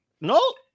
No